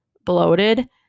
bloated